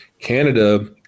Canada